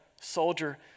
soldier